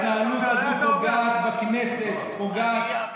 שאילתה, ההתנהלות הזאת פוגעת בכנסת, פוגעת,